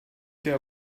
der